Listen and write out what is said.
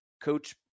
Coach